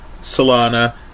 Solana